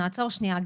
נעצור שנייה.